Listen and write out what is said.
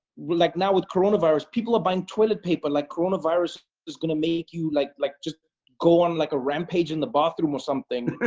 like now with coronavirus, people are buying toilet paper like coronavirus is going to make you like like just go on like a rampage in the bathroom or something.